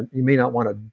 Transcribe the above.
you may not want to,